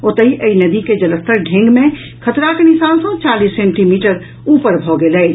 ओतहि एहि नदी के जलस्तर ढेंग मे खतराक निशान सँ चालीस सेंटीमीटर ऊपर भऽ गेल अछि